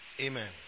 Amen